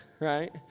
right